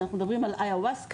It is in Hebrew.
ואנחנו מדברים על איוואסקה,